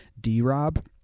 D-Rob